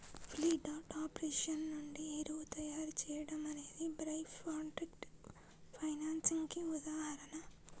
feedlot operation నుండి ఎరువు తయారీ చేయడం అనేది బై ప్రాడక్ట్స్ ప్రాసెసింగ్ కి ఉదాహరణ